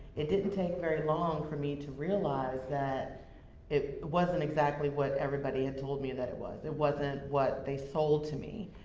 it didn't take very long for me to realize that it wasn't exactly what everybody had told me that it was. it wasn't what they sold to me.